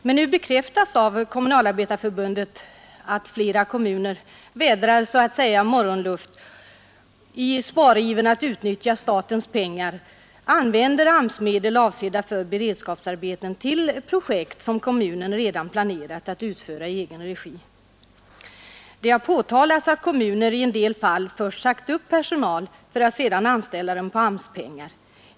Men nu bekräftas av Kommunalarbetareförbundet att flera kommuner så att säga vädrar morgonluft och i ivern att spara genom att utnyttja statens pengar använder AMS-medel, avsedda för beredskapsarbeten, till projekt som de redan planerat att utföra i egen regi. Det har påtalats att kommuner i en del fall först sagt upp personal för att sedan anställa den på AMS-pengar.